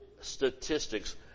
Statistics